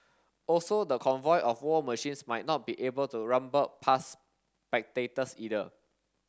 also the convoy of war machines might not be able to rumble past spectators either